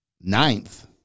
ninth